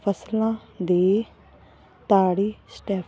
ਫ਼ਸਲਾਂ ਦੀ ਤਾੜੀ ਸਟੈਪ